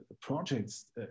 projects